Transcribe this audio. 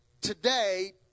today